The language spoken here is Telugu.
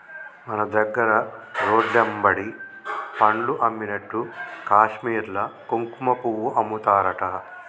మన దగ్గర రోడ్లెమ్బడి పండ్లు అమ్మినట్లు కాశ్మీర్ల కుంకుమపువ్వు అమ్ముతారట